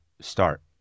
start